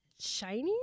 shiny